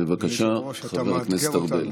בבקשה, חבר הכנסת ארבל.